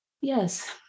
Yes